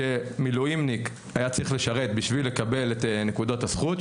שמילואימניק היה צריך לשרת בשביל לקבל את נקודות הזכות,